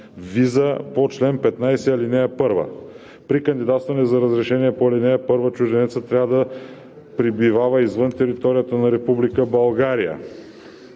виза по чл. 15, ал. 1. (2) При кандидатстване за разрешението по ал. 1 чужденецът трябва да пребивава извън територията на Република България.